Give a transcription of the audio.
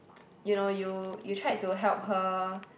you know you you tried to help her